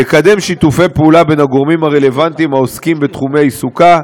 תקדם שיתופי פעולה בין הגורמים הרלוונטיים העוסקים בתחומי עיסוקה,